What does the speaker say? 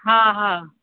हा हा